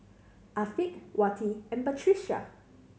Afiq Wati and Batrisya